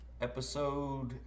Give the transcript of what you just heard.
Episode